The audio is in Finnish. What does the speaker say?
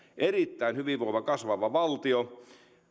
erittäin hyvinvoiva kasvava valtio